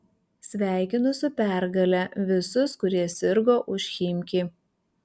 sveikinu su pergale visus kurie sirgo už chimki